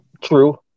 True